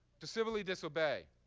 to civilly disobey.